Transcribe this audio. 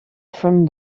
from